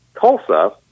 Tulsa